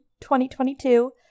2022